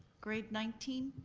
grade nineteen?